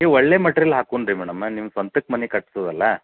ನೀವು ಒಳ್ಳೆ ಮಟಿರಿಯಲ್ ಹಾಕೂಣ್ ರೀ ಮೇಡಮ್ಮ ನಿಮ್ಮ ಸ್ವಂತಕ್ಕೆ ಮನೆ ಕಟ್ಸೊದಲ್ಲ